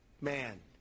man